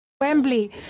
Wembley